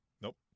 Nope